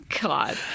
God